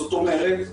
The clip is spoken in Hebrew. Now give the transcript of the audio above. זאת אומרת,